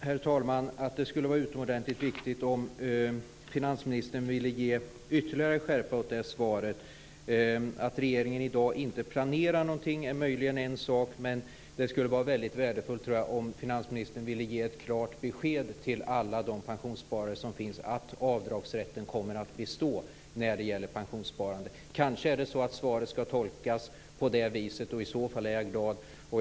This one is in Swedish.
Herr talman! Jag tror att det skulle vara utomordentligt viktigt om finansministern ville ge ytterligare skärpa åt det svaret. Att regeringen i dag inte planerar någonting är möjligen en sak. Men jag tror att det skulle vara väldigt värdefullt om finansministern ville ge ett klart besked till alla de pensionssparare som finns att avdragsrätten kommer att bestå när det gäller pensionssparande. Kanske ska svaret tolkas på det viset. I så fall är jag glad.